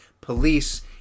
police